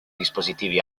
dispositivi